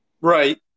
Right